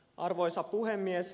arvoisa puhemies